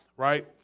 right